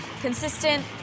consistent